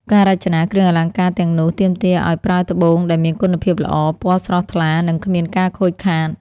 ការរចនាគ្រឿងអលង្ការទាំងនោះ ទាមទារឱ្យប្រើត្បូងដែលមានគុណភាពល្អ ពណ៌ស្រស់ថ្លា និងគ្មានការខូចខាត។